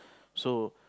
so